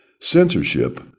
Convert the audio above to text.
censorship